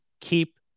keep